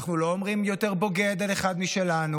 אנחנו לא אומרים יותר בוגד על אחד משלנו,